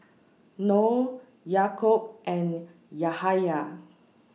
Noh Yaakob and Yahaya